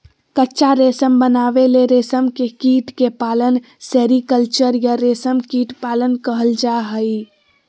कच्चा रेशम बनावे ले रेशम के कीट के पालन सेरीकल्चर या रेशम कीट पालन कहल जा हई